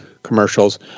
commercials